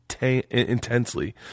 intensely